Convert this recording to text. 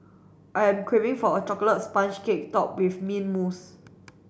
I am craving for a chocolate sponge cake topped with mint mousse